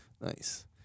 Nice